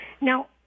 Now